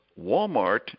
Walmart